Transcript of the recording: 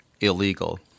illegal